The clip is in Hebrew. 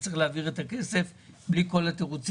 צריך להעביר את הכסף בלי תירוצים,